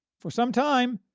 for some time,